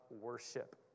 worship